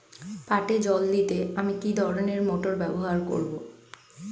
পাটে জল দিতে আমি কি ধরনের মোটর ব্যবহার করব?